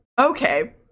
Okay